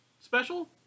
special